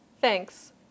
thanks